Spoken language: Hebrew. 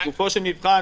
לגופו של נבחן,